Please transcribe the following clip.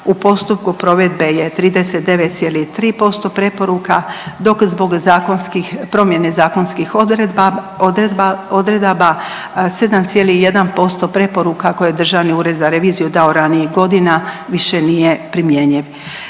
u postupku provedbe je 39,3% preporuka, dok zbog zakonskih, promjene zakonskih odredaba, 7,1% preporuka koje je Državni ured za reviziju dao ranijih godina više nije primjenjiv.